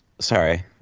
sorry